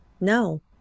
no